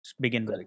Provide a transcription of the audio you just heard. begin